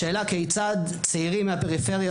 השאלה כיצד צעירים מהפריפריה,